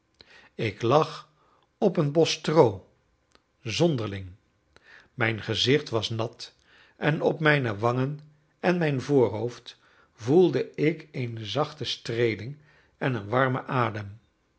ik lag op een bos stroo zonderling mijn gezicht was nat en op mijne wangen en mijn voorhoofd voelde ik een zachte streeling en een warmen adem